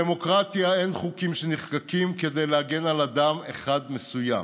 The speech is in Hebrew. בדמוקרטיה אין חוקים שנחקקים כד להגן על אדם אחד מסוים